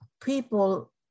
people